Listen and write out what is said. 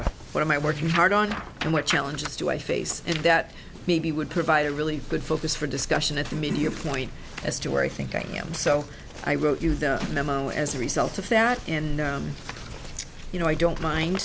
of what am i working hard on and what challenges do i face and that maybe would provide a really good focus for discussion at the media point as to where i think i am so i wrote you the memo as a result of that and you know i don't mind